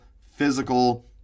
physical